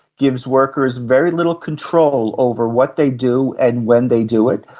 gives workers very little control over what they do and when they do it,